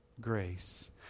grace